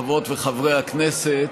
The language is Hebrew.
חברות וחברי הכנסת,